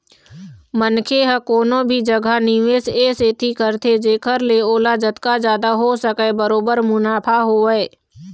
मनखे ह कोनो भी जघा निवेस ए सेती करथे जेखर ले ओला जतका जादा हो सकय बरोबर मुनाफा होवय